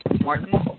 Martin